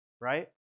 Right